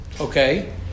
Okay